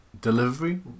delivery